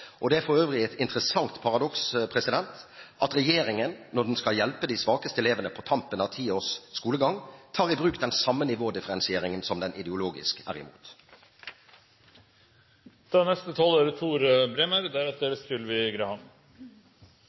Det er for øvrig et interessant paradoks at regjeringen, når den skal hjelpe de svakeste elevene på tampen av ti års skolegang, tar i bruk den samme nivådifferensieringen som den ideologisk er